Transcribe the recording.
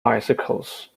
bicycles